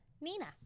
Nina